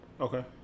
Okay